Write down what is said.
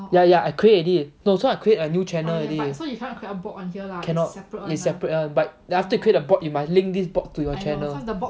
ya ya I create already no so I create a new channel already cannot it's separate [one] so after you create the bot you must link this bot to your channel